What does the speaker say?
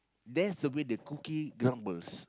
that's the way the cookie grumbles